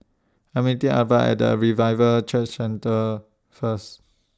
I'm meeting Aretha At The Revival Church Centre First